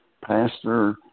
pastor